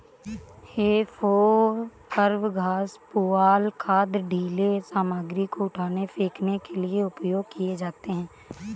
हे fork घास, पुआल, खाद, ढ़ीले सामग्री को उठाने, फेंकने के लिए उपयोग किए जाते हैं